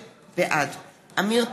בעד עמיר פרץ,